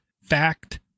fact